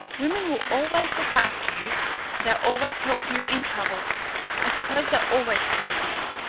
women will always look after you they'll always help you in trouble i suppose they'll always care for you.